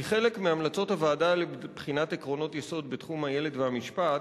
היא חלק מהמלצות הוועדה לבחינת עקרונות יסוד בתחום הילד והמשפט,